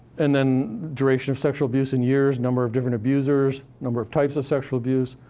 and then duration of sexual abuse in years, number of different abusers, number of types of sexual abuse,